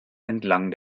entlang